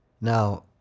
Now